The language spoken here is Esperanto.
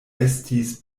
estis